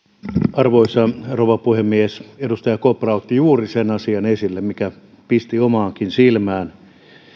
arvoisa rouva puhemies edustaja kopra otti esille juuri sen asian mikä pisti omaankin silmään